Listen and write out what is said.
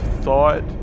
thought